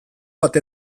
bat